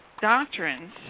doctrines